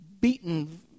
beaten